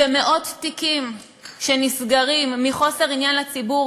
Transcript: מאות תיקים שנסגרים מחוסר עניין לציבור,